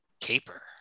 caper